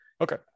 Okay